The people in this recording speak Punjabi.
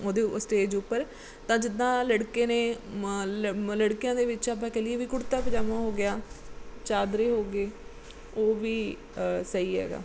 ਉਹਦੇ ਉਹ ਸਟੇਜ ਉੱਪਰ ਤਾਂ ਜਿੱਦਾਂ ਲੜਕੇ ਨੇ ਲੜਕਿਆਂ ਦੇ ਵਿੱਚ ਆਪਾਂ ਕਹਿ ਲਈਏ ਵੀ ਕੁੜਤਾ ਪਜਾਮਾ ਹੋ ਗਿਆ ਚਾਦਰੇ ਹੋ ਗਏ ਉਹ ਵੀ ਸਹੀ ਹੈਗਾ